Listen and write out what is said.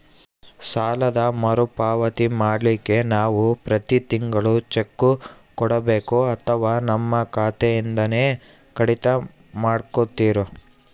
ಸಾಲದ ಮರುಪಾವತಿ ಮಾಡ್ಲಿಕ್ಕೆ ನಾವು ಪ್ರತಿ ತಿಂಗಳು ಚೆಕ್ಕು ಕೊಡಬೇಕೋ ಅಥವಾ ನಮ್ಮ ಖಾತೆಯಿಂದನೆ ಕಡಿತ ಮಾಡ್ಕೊತಿರೋ?